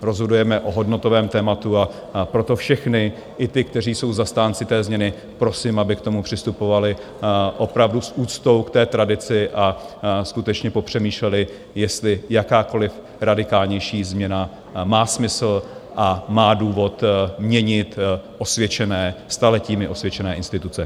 Rozhodujeme o hodnotovém tématu, a proto všechny, i ty, kteří jsou zastánci té změny, prosím, aby k tomu přistupovali opravdu s úctou k té tradici a skutečně popřemýšleli, jestli jakákoliv radikálnější změna má smysl a má důvod měnit osvědčené, staletími osvědčené instituce.